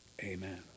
Amen